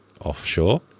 offshore